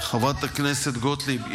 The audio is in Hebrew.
חברת הכנסת גוטליב,